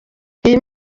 iyo